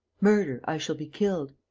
murder. i shall be killed.